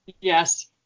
Yes